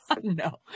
no